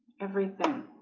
everything